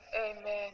Amen